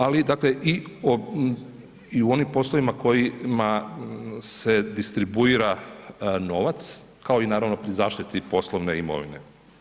Ali dakle, i u onim poslovima, kojima se distribuira novac, kao i naravno pri zaštiti poslovne imovine.